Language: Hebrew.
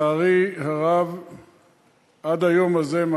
ונשמח אחרי כן לקבל עדכון,